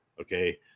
Okay